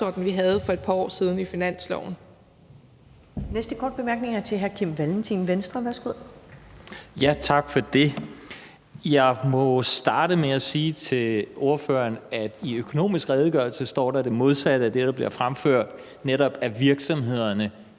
vi havde for et par år siden i forbindelse